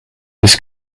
was